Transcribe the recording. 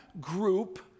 group